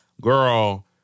girl